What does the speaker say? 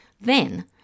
Then